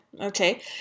okay